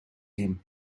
him